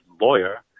lawyer